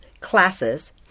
classes